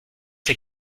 ses